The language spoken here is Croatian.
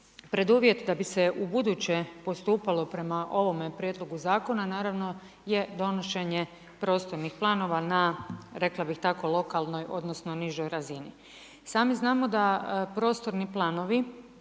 preduvjet da bi se ubuduće postupalo prema ovome prijedlogu zakona naravno je donošenje prostornih planova na, rekla bih tako lokalnoj, odnosno nižoj razini. Sami znamo da prostorni planovi,